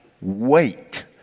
wait